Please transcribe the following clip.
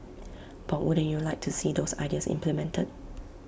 but wouldn't you like to see those ideas implemented